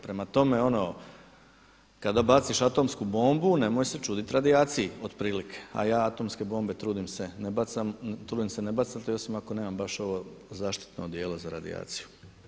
Prema tome, ono kada baciš atomsku bombu nemoj se čudit radijaciji otprilike, a ja atomske bombe trudim se ne bacati osim ako nemam baš ovo zaštitno odijelo za radijaciju.